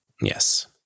Yes